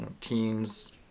Teens